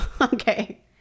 Okay